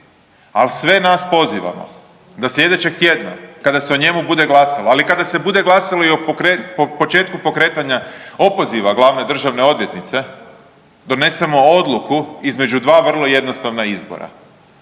ali sve nas pozivamo da slijedećeg tjedna kada se o njemu bude glasalo, ali kada se bude glasalo i o početku pokretanja opoziva glavne državne odvjetnice donesemo odluku između dva vrlo jednostavna izbora,